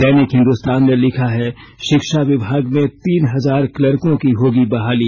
दैनिक हिंदुस्तान ने लिखा है शिक्षा विभाग में तीन हजार क्लर्को की होगी बहाली